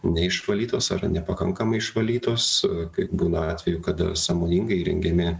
neišvalytos ar nepakankamai išvalytos kaip būna atvejų kada sąmoningai įrengiami